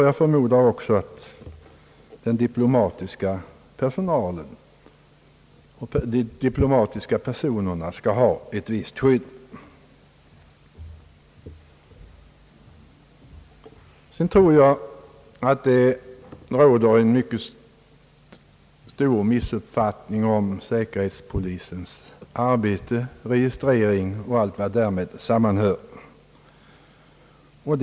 Jag förmodar också att den diplomatiska personalen skall ha ett visst skydd. Jag tror att det råder en mycket stor förvirring i fråga om säkerhetspolisens arbete, registrering och allt vad därmed sammanhänger.